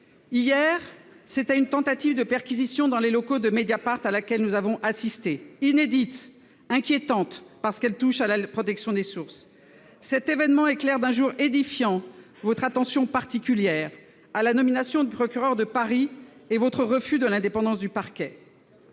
Hier, c'était une tentative de perquisition dans les locaux de Mediapart à laquelle nous avons assisté, inédite et inquiétante parce qu'elle touche à la protection des sources. Cet événement éclaire d'un jour édifiant votre attention particulière à la nomination de procureur de Paris et votre refus de l'indépendance du parquet.